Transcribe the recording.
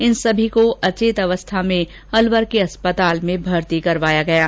इन सभी को अचेत अवस्था में अलवर के अस्पताल में भर्ती कराया गया है